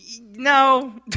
No